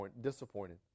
disappointed